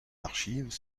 archives